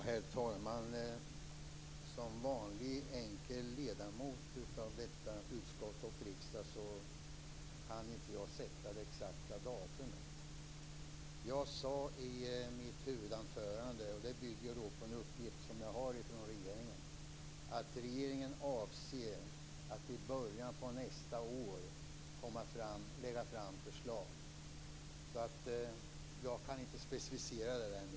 Herr talman! Som vanlig enkel ledamot av detta utskott och denna riksdag kan jag inte sätta det exakta datumet. Jag sade i mitt huvudanförande - och det bygger på en uppgift jag har från regeringen - att regeringen avser att i början på nästa år lägga fram förslag. Jag kan inte specificera det mer.